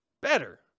better